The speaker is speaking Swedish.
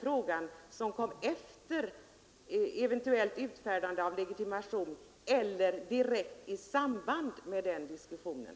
frågan om ett eventuellt utfärdande av legitimation eller direkt i samband med den diskussionen.